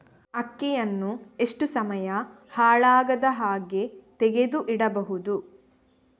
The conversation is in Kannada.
ಅಕ್ಕಿಯನ್ನು ಎಷ್ಟು ಸಮಯ ಹಾಳಾಗದಹಾಗೆ ತೆಗೆದು ಇಡಬಹುದು?